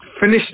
finish